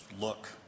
look